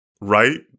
right